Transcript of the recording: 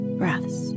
breaths